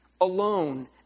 alone